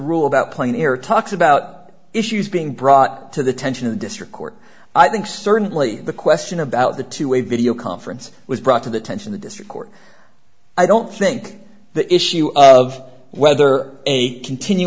rule about plane air talks about issues being brought to the tension in the district court i think certainly the question about the two way video conference was brought to the attention the district court i don't think the issue of whether a continu